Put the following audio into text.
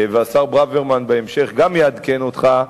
והשר ברוורמן בהמשך גם יעדכן אותך,